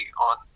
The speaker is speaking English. on